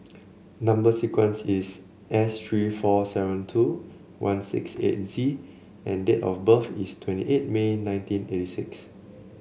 number sequence is S three four seven two one six eight Z and date of birth is twenty eight May nineteen eighty six